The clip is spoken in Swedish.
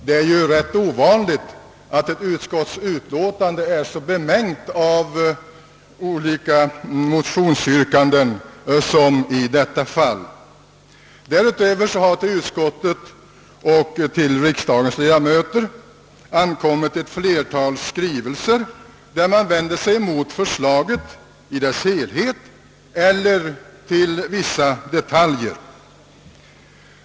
Det är ju ganska ovanligt att ett utskottsutlåtande är så bemängt med olika motionsyrkanden som i detta fall. Därutöver har till utskottet och till riksdagens ledamöter ankommit ett flertal skrivelser, i vilka man vänder sig mot förslaget i dess helhet eller mot vissa detaljer.